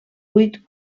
vuit